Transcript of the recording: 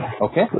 okay